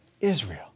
Israel